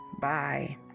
Bye